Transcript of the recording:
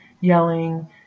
yelling